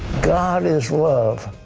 god is love,